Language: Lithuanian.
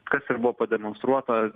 kas ir buvo pademonstruota